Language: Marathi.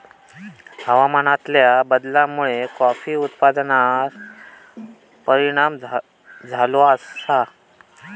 हवामानातल्या बदलामुळे कॉफी उत्पादनार परिणाम झालो आसा